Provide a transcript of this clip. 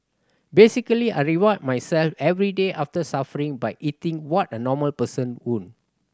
basically I reward myself every day after suffering by eating what a normal person would